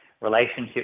relationship